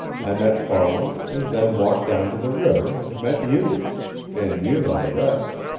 i met farland and then walked down to the river and met you and you know the rest.